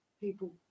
people